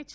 H